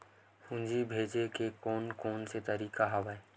पूंजी भेजे के कोन कोन से तरीका हवय?